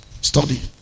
Study